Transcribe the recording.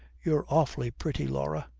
you're awfully pretty, laura.